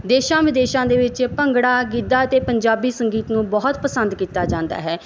ਦੇਸ਼ਾਂ ਵਿਦੇਸ਼ਾਂ ਦੇ ਵਿੱਚ ਭੰਗੜਾ ਗਿੱਧਾ ਅਤੇ ਪੰਜਾਬੀ ਸੰਗੀਤ ਨੂੰ ਬਹੁਤ ਪਸੰਦ ਕੀਤਾ ਜਾਂਦਾ ਹੈ